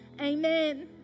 Amen